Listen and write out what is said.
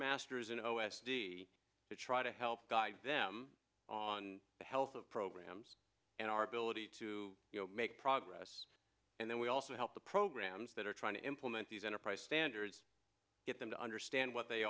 masters in o s d to try to help guide them on the health of programs and our ability to make progress and then we also help the programs that are trying to implement these enterprise standards get them to understand what they